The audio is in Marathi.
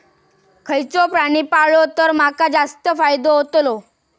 खयचो प्राणी पाळलो तर माका जास्त फायदो होतोलो?